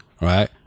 right